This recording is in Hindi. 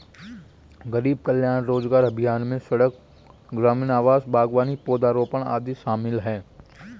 गरीब कल्याण रोजगार अभियान में सड़क, ग्रामीण आवास, बागवानी, पौधारोपण आदि काम शामिल है